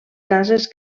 cases